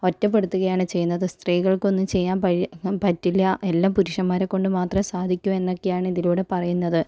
ഒറ്റപ്പെടുത്തുകയാണ് ചെയ്യുന്നത് സ്ത്രീകൾക്ക് ഒന്നും ചെയ്യാൻ പഴി പറ്റില്ല എല്ലാം പുരുഷന്മാരെ കൊണ്ട് മാത്രമേ സാധിക്കൂ എന്നൊക്കെയാണ് ഇതിലൂടെ പറയുന്നത്